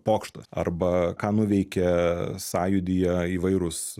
pokštas arba ką nuveikė sąjūdyje įvairūs